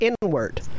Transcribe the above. inward